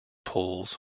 pulls